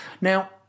Now